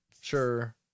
Sure